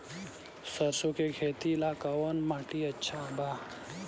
सरसों के खेती ला कवन माटी अच्छा बा?